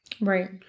Right